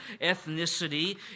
ethnicity